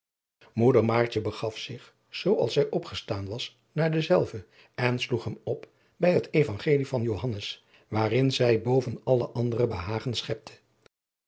buisman zich zoo als zij opgestaan was naar denzelven en sloeg hem op bij het evangelie van joannes waarin zij boven alle andere behagen schepte